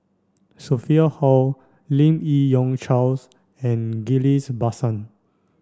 Sophia Hull Lim Yi Yong Charles and Ghillies Basan